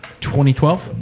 2012